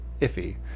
iffy